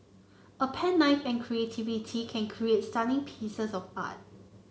a pen knife and creativity can create stunning pieces of art